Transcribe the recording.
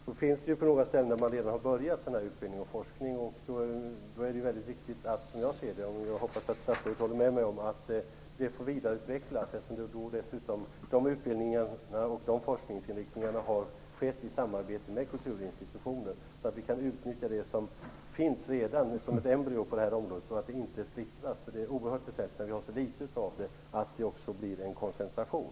Herr talman! Det finns några ställen där man redan har påbörjat en sådan här utbildning och forskning. Som jag ser det, och jag hoppas att statsrådet håller med mig, är det väldigt viktigt att detta får vidareutvecklas, eftersom de utbildningarna och de forskningsinriktningarna har skett i samarbete med kulturinstitutioner. På så sätt kan vi utnyttja det som redan finns som ett embryo på det här området och se till att det inte splittras. Det är oerhört väsentligt, när vi har så litet av det, att det blir en koncentration.